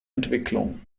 entwicklung